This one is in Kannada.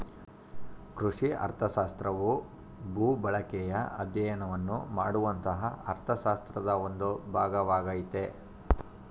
ಕೃಷಿ ಅರ್ಥಶಾಸ್ತ್ರವು ಭೂಬಳಕೆಯ ಅಧ್ಯಯನವನ್ನು ಮಾಡುವಂತಹ ಅರ್ಥಶಾಸ್ತ್ರದ ಒಂದು ಭಾಗವಾಗಯ್ತೆ